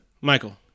Michael